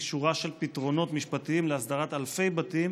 שורה של פתרונות משפטיים להסדרת אלפי בתים